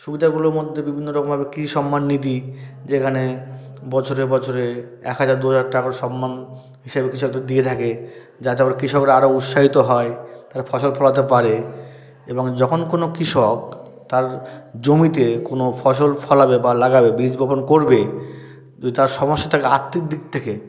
সুবিধাগুলোর মধ্যে বিভিন্ন রকম আরও কৃষি সম্মান নিধি যেখানে বছরে বছরে এক হাজার দুহাজার টাকা করে সম্মান হিসেবে কৃষকদের দিয়ে থাকে যাতে করে কৃষকরা আরও উৎসাহিত হয় তারা ফসল ফলাতে পারে এবং যখন কোনো কৃষক তার জমিতে কোনো ফসল ফলাবে বা লাগাবে বীজ বপন করবে যদি তার সমস্যা থাকে আর্থিক দিক থেকে